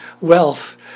wealth